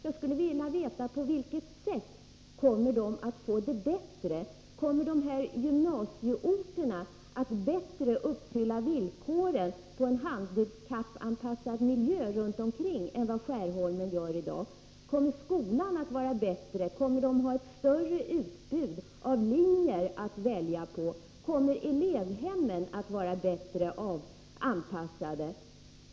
Jag skulle vilja veta på vilket sätt de kommer att få det bättre. Kommer de här gymnasieorterna att bättre uppfylla villkoren för en handikappanpassad miljö än vad Skärholmen gör i dag? Kommer skolan att vara bättre? Kommer eleverna att få ett större utbud av linjer att välja mellan? Kommer elevhemmen att vara bättre anpassade?